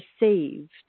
received